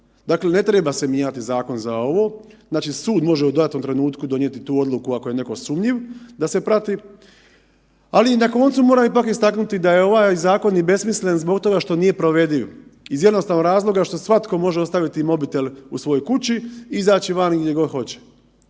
Dakle, ne treba se mijenjati zakon za ovo, znači sud može u datom trenutku donijeti tu odluku ako je netko sumnjiv, da se prati, ali na koncu moram ipak istaknuti da je ovaj zakon i besmislen zbog toga što nije provediv. Iz jednostavnog razloga što svatko može ostaviti mobitel u svojoj kući i izaći vani gdje god hoće.